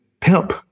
pimp